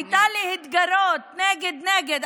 היה להתגרות, נגד, נגד.